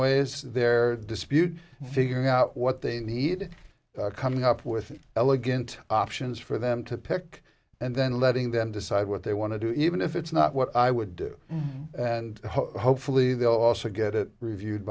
ways their dispute figuring out what they need coming up with elegant options for them to pick and then letting them decide what they want to do even if it's not what i would do and hopefully they'll also get it reviewed